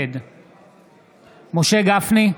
נגד משה גפני,